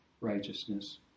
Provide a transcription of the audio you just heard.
righteousness